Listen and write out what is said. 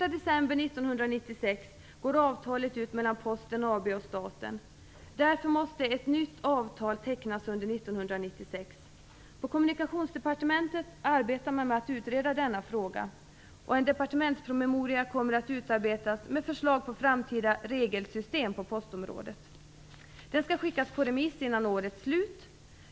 AB och staten ut. Därför måste ett nytt avtal tecknas under 1996. På Kommunikationsdepartementet arbetar man med att utreda denna fråga. En departementspromemoria kommer att utarbetas med förslag till framtida regelsystem på postområdet. Den skall skickas på remiss innan årets slut.